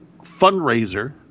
fundraiser